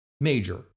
major